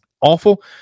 awful